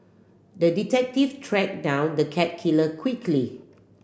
the detective tracked down the cat killer quickly